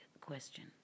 question